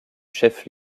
chef